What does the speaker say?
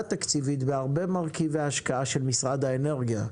תקציבית בהרבה מרכיבי השקעה של משרד האנרגיה.